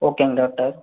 ஓகேங்க டாக்டர்